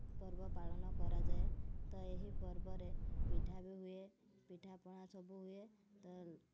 ପର୍ବ ପାଳନ କରାଯାଏ ତ ଏହି ପର୍ବରେ ପିଠା ବି ହୁଏ ପିଠାପଣା ସବୁ ହୁଏ ତ